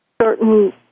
certain